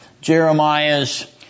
Jeremiah's